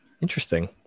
Interesting